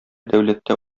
дәүләттә